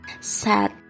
sad